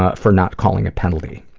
ah for not calling a penalty.